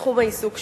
בתחום העיסוק שלו.